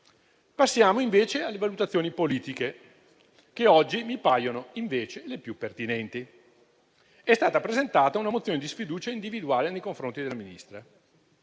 Passiamo invece alle valutazioni politiche, che oggi mi paiono invece le più pertinenti. È stata presentata una mozione di sfiducia individuale nei confronti della Ministra.